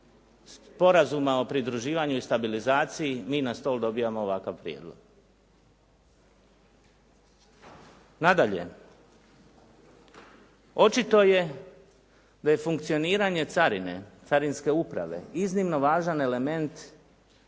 Sporazuma o pridruživanju i stabilizaciji mi na stol dobijamo ovakav prijedlog. Nadalje, očito je da je funkcioniranje carine, Carinske uprave, iznimno važan element u